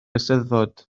eisteddfod